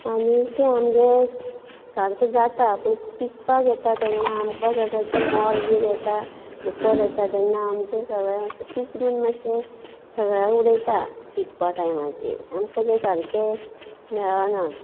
आनी तें आमगे सारकें जाता पूण पिकपाक येता तेन्ना आमकां सगळें ते मोर बीन येता दुकोर येता तेन्ना आमचें तें पिसडून मातशें सगळ्याक उडयता पिकपा टायमार आमकां तें सारकें मेळना